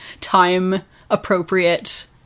time-appropriate